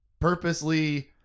purposely